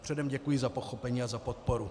Předem děkuji za pochopení a za podporu.